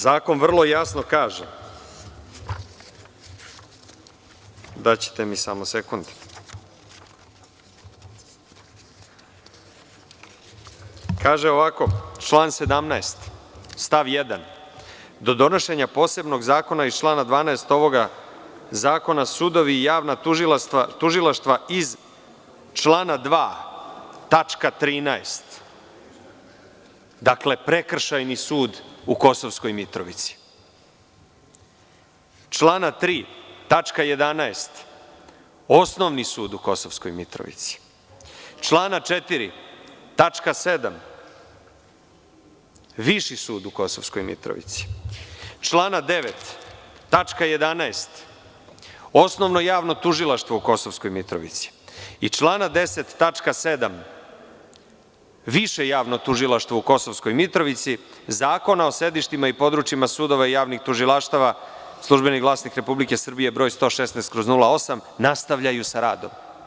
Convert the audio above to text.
Zakon vrlo jasno kaže, daćete mi samo sekund, kaže ovako - član 17, stav 1. – do donošenja posebnog zakona iz člana 12. ovog zakona, sudovi i javna tužilaštva iz člana 2. tačka 13, dakle Prekršajni sud u Kosovskoj Mitrovici, člana 3. tačka 11, Osnovni sud u Kosovskoj Mitrovici, člana 4. tačka 7, Viši sud u Kosovskoj Mitrovici, člana 9. tačka 11, Osnovno javno tužilaštvo u Kosovskoj Mitrovici i člana 10. tačka 7, Više javno tužilaštvo u Kosovskoj Mitrovici, Zakona o sedištima i područjima sudova i javnih tužilaštava („Službeni glasnik Republike Srbije“, broj 116/08), nastavljaju sa radom.